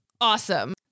Awesome